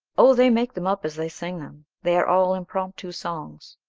oh, they make them up as they sing them they are all impromptu songs.